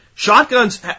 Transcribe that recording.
Shotguns